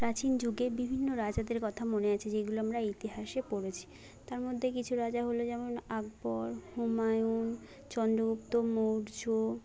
প্রাচীন যুগে বিভিন্ন রাজাদের কথা মনে আছে যেগুলো আমরা ইতিহাসে পড়েছি তার মধ্যে কিছু রাজা হলো যেমন আকবর হুমায়ুন চন্দ্রগুপ্ত মৌর্য